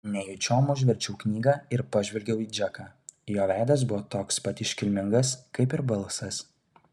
nejučiom užverčiau knygą ir pažvelgiau į džeką jo veidas buvo toks pat iškilmingas kaip ir balsas